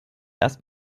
erst